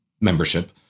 membership